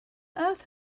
earth